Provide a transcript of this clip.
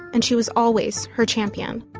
and she was always her champion